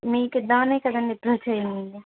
మీకు ఇద్దాం అనే కదండి అప్రోచ్ అయ్యింది